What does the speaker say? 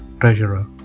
treasurer